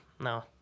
no